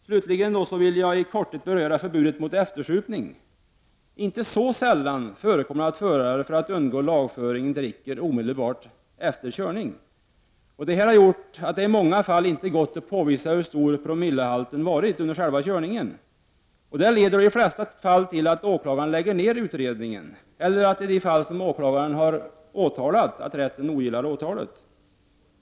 Slutligen vill jag i korthet beröra förbudet mot s.k. eftersupning. Inte så sällan förekommer det att förare för att undgå lagföring dricker omedelbart efter körning. Detta har gjort att det i många fall inte har gått att påvisa hur hög vederbörandes promillehalt har varit under själva körningen. Detta har i de flesta fall lett till att åklagaren lagt ned förundersökningen eller till att rätten ogillar åtalet i det fall åklagaren har väckt åtal.